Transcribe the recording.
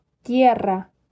tierra